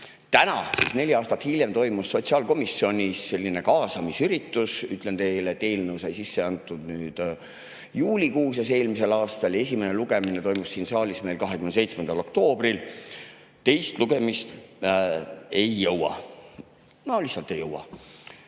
ehk neli aastat hiljem toimus sotsiaalkomisjonis selline kaasamisüritus. Ütlen teile, et eelnõu sai sisse antud juulikuus eelmisel aastal ja esimene lugemine toimus siin saalis 27. oktoobril. Teist lugemist ei jõua teha, no lihtsalt ei jõua.